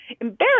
embarrassed